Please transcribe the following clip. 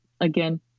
again